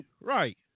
right